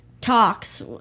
talks